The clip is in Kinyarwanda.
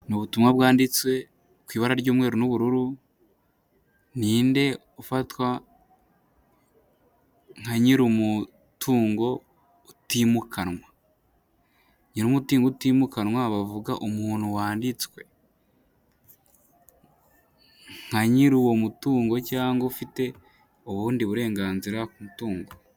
Ni ubutumwa bwanditse ku ibara ry'umweru n'ubururu. Ninde ufatwa nka nyiri umutungo utimukanwa? Nyiri umutungo utimukanwa bavuga umuntu wanditswe nka nyiri uwo mutungo cyangwa ufite ubundi burenganzira k'umutungo.